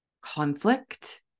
conflict